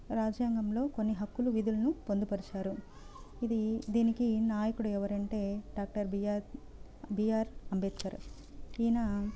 రాజ్యంగంలో కొన్ని హక్కులు విధులను పొందుపరిచారు ఇది దీనికి నాయకుడు ఎవరంటే డాక్టర్ బీఆర్ బీఆర్ అంబేద్కర్ ఈయన